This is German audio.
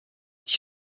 ich